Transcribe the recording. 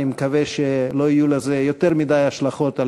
ואני מקווה שלא יהיו לזה יותר מדי השלכות על